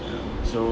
so